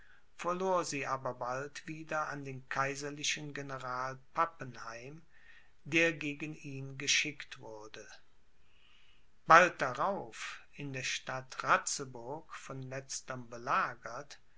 verlor sie aber bald wieder an den kaiserlichen general pappenheim der gegen ihn geschickt wurde bald darauf in der stadt ratzeburg von letzterm belagert